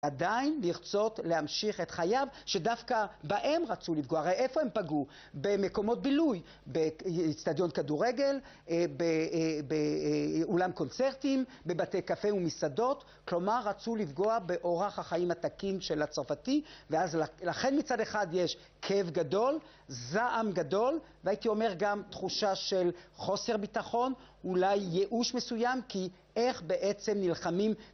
עדיין נרצות להמשיך את חייו, שדווקא בהם רצו לפגוע, הרי איפה הם פגעו? במקומות בילוי, באיצטדיון כדורגל, באולם קונצרטים, בבתי קפה ומסעדות. כלומר, רצו לפגוע באורח החיים התקין של הצרפתי, ואז לכן מצד אחד יש כאב גדול, זעם גדול, והייתי אומר גם תחושה של חוסר ביטחון, אולי ייאוש מסוים, כי איך בעצם נלחמים?